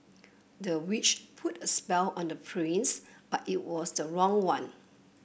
the witch put a spell on the prince but it was the wrong one